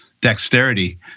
dexterity